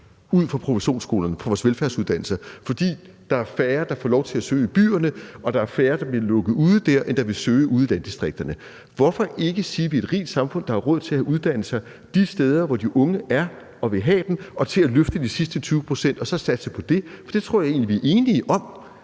ud fra professionsskolerne og vores velfærdsuddannelser, fordi der er færre, der får lov til at søge i byerne, og der er færre, der bliver lukket ude der, end der vil søge ude i landdistrikterne. Hvorfor ikke sige, at vi er et rigt samfund, der har råd til at uddanne de unge de steder, hvor de unge er og vil have uddannelserne, og råd til at løfte de sidste 20 pct., og så satse på det? For det tror jeg egentlig at vi er enige om.